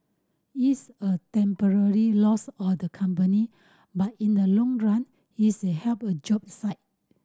it's a temporary loss of the company but in the long run it's a help a job site